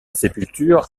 sépulture